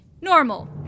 Normal